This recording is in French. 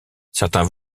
certains